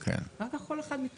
יש להם הכנה, ואחר כך כל אחד מתפזר.